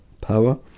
power